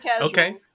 Okay